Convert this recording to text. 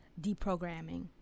deprogramming